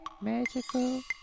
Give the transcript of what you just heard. Magical